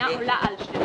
אינה עולה על 12 חודשים.